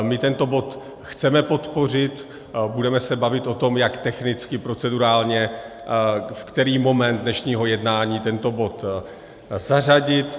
My tento bod chceme podpořit, budeme se bavit o tom, jak technicky, procedurálně, v který moment dnešního jednání tento bod zařadit.